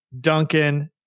Duncan